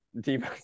deep